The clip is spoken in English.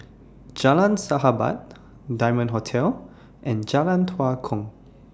Jalan Sahabat Diamond Hotel and Jalan Tua Kong